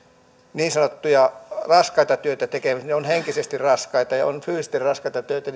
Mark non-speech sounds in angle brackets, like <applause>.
niin sanottuja raskaita töitä tekeviä ja niitä ammattialoja on henkisesti raskaita ja on fyysisesti raskaita töitä <unintelligible>